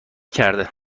کرده